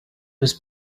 was